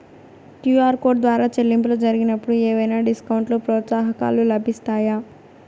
QR code ద్వారా చెల్లింపులు జరిగినప్పుడు ఏవైనా డిస్కౌంట్ లు, ప్రోత్సాహకాలు లభిస్తాయా?